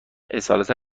اصالتا